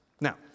Now